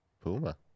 Puma